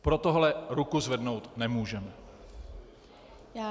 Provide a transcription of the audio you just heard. Pro tohle ruku zvednout nemůžeme.